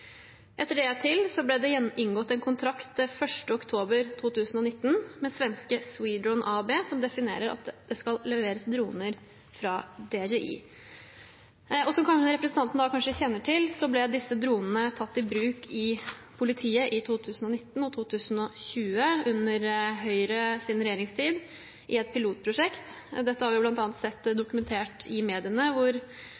Etter det ble det inngått en kontrakt 1. oktober 2019 med svenske Swedron AB som definerer at det skal leveres droner fra DJI. Som representanten kanskje kjenner til, ble disse dronene tatt i bruk i politiet i 2019 og 2020, under Høyres regjeringstid, i et pilotprosjekt. Dette har vi bl.a. sett